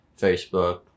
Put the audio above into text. Facebook